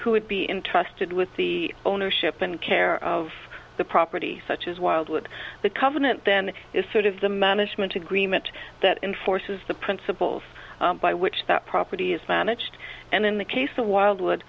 who would be intrusted with the ownership and care of the property such as wildwood the covenant then is sort of the management agreement that enforces the principles by which that property is managed and in the case of wildwood